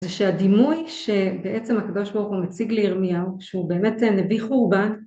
זה שהדימוי שבעצם הקדוש ברוך הוא מציג לירמיהו, שהוא באמת נביא חורבן,